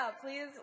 please